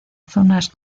zonas